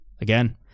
Again